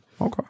Okay